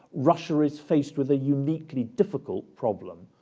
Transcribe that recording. russia is faced with a uniquely difficult problem.